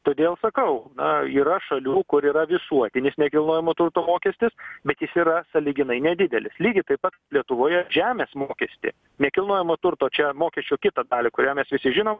todėl sakau na yra šalių kur yra visuotinis nekilnojamo turto mokestis bet jis yra sąlyginai nedidelis lygiai taip pat lietuvoje žemės mokestį nekilnojamo turto čia mokesčio kitą dalį kurią mes visi žinom